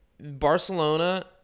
Barcelona